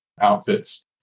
outfits